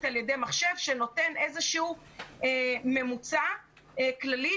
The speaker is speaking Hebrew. על ידי מחשב שנותן איזשהו ממוצע כללי,